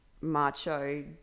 macho